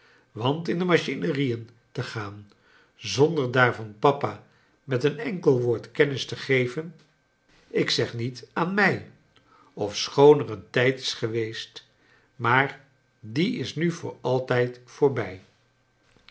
want in de machinerien te gaan zonder daarvan papa met een enkel woord kennis te geven ik zeg niet aan mij ofschoon er een tijd is geweest maar die is nu voor altijd voorbij